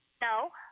No